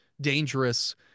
dangerous